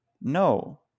no